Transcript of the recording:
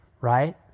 right